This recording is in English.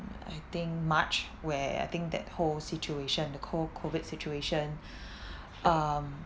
I think march where I think that whole situation the co~ COVID situation um